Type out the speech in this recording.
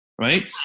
right